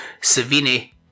Savini